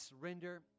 surrender